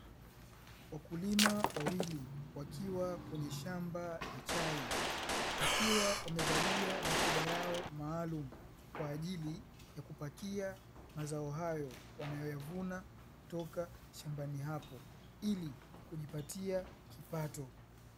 Wakulima wawili wakiwa kwenye shamba la chai wakiwa wamevalia mikoba yao maalumu kwa ajili ya kupakia mazao hayo wanayovuna kutoka shambani hapo ili kujipatia kipato.